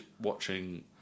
watching